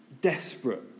Desperate